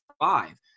five